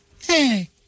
Hey